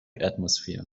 atmosphere